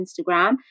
Instagram